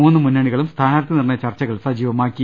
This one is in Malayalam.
മൂന്ന് മുന്നണികളും സ്ഥാനാർത്ഥി നിർണയ ചർച്ചകൾ സജീവമാക്കി